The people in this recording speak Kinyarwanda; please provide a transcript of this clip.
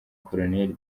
col